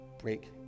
break